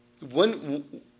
one